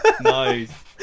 Nice